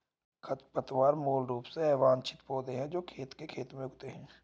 खरपतवार मूल रूप से अवांछित पौधे हैं जो खेत के खेत में उगते हैं